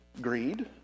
greed